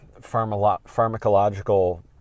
pharmacological